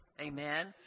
amen